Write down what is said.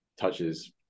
touches